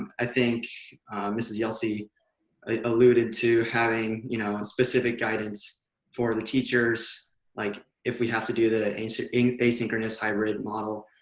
i think mrs. yelsey alluded to having you know specific guidance for the teachers like if we have to do the and asynchronous hybrid model.